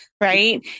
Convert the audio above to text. right